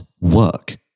work